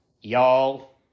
Y'all